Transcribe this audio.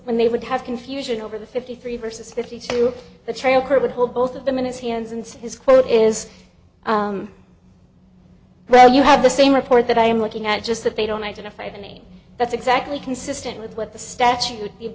when they would have confusion over the fifty three versus fifty two the trial court would hold both of them in his hands and his quote is well you have the same report that i am looking at just that they don't identify the name that's exactly consistent with what the statute